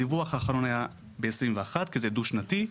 הדיווח האחרון היה ב-2021 כי זה דו שנתי,